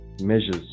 measures